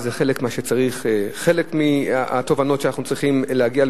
זה חלק מהתובנות שאנחנו צריכים להגיע,